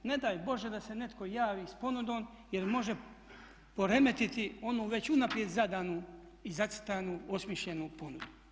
Ne daj Bože da se netko javi s ponudom jer može poremetiti onu već unaprijed zadanu i zacrtanu, osmišljenu ponudu.